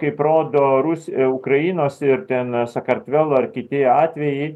kaip rodo rus ukrainos ir ten sakartvelo ar kiti atvejai